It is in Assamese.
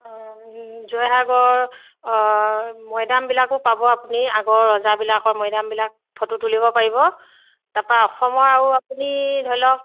অঁ জয়সাগৰ মৈদামবিলাকো পাব আপুনি আগৰ ৰজাবিলাকৰ মৈদামবিলাক ফটো তুলিব পাৰিব তাৰপৰা অসমৰ আৰু আপুনি ধৰি লওক